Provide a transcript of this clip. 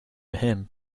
him